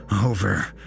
over